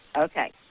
Okay